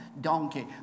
donkey